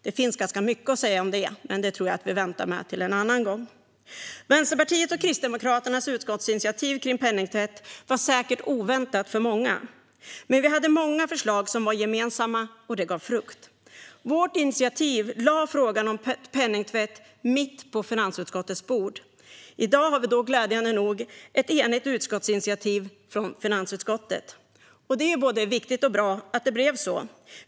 Det finns ganska mycket att säga om det, men det tror jag att vi väntar med till en annan gång. Vänsterpartiets och Kristdemokraternas utskottsinitiativ om penningtvätt var säkert oväntat för många. Men vi hade många förslag som var gemensamma, och det bar frukt. Vårt initiativ lade frågan om penningtvätt mitt på finansutskottets bord. I dag har vi glädjande nog ett enigt utskottsinitiativ från finansutskottet. Det är både viktigt och bra att det blev så.